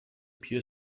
più